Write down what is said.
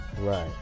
Right